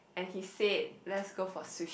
and he said let's go for sushi